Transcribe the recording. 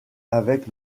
avec